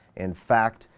in fact,